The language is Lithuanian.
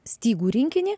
stygų rinkinį